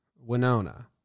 Winona